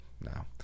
No